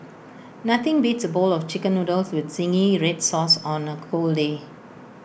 nothing beats A bowl of Chicken Noodles with Zingy Red Sauce on A cold day